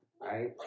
right